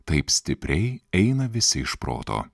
taip stipriai eina visi iš proto